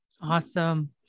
Awesome